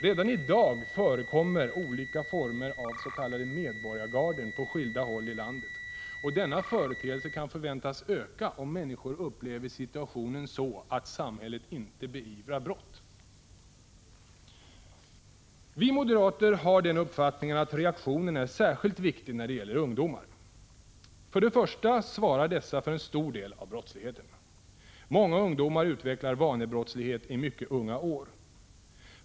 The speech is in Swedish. Redan i dag förekommer olika former av s.k. medborgargarden på skilda håll i landet, och denna företeelse kan förväntas öka om människor upplever situationen så, att samhället inte beivrar brott. Vi moderater har den uppfattningen att reaktionen är särskilt viktig när det gäller ungdomar. För det första svarar dessa för en stor del av brottsligheten. Många ungdomar utvecklar vanebrottslighet i mycket unga år.